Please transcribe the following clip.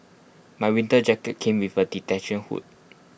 my winter jacket came with A detach hood